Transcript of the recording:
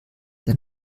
der